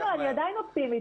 אני עדיין אופטימית,